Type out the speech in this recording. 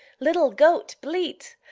little goat, bleat!